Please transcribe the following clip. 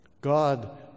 God